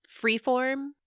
freeform